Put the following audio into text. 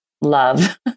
love